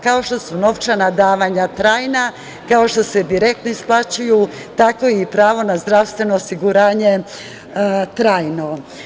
Kao što su novčana davanja trajna, kao što se direktno isplaćuju, tako je i pravo na zdravstveno osiguranje trajno.